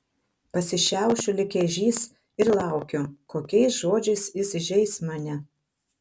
pasišiaušiu lyg ežys ir laukiu kokiais žodžiais jis įžeis mane